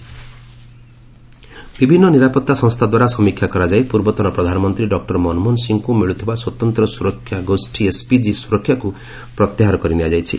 Manmohan Singh protection ବିଭିନ୍ନ ନିରାପତ୍ତା ସଂସ୍ଥାଦ୍ୱାରା ସମୀକ୍ଷା କରାଯାଇ ପ୍ରର୍ବତନ ପ୍ରଧାନମନ୍ତ୍ରୀ ଡକୁର ମନମୋହନ ସିଂହଙ୍କୁ ମିଳୁଥିବା ସ୍ୱତନ୍ତ ସୁରକ୍ଷା ଗୋଷ୍ଠୀ ଏସ୍ପିଜି ସୁରକ୍ଷାକୁ ପ୍ରତ୍ୟାହାର କରିନିଆଯାଇଛି